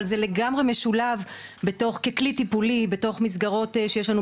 אבל זה לגמרי משולב ככלי טיפולי בתוך מסגרות שיש לנו